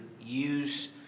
use